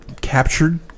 captured